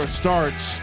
starts